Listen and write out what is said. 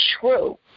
true